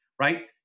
right